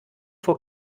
vor